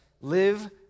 live